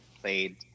played